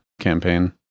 campaign